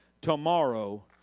tomorrow